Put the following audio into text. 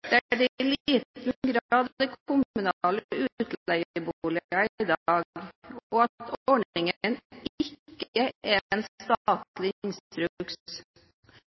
i dag, og at ordningen ikke er en statlig instruks,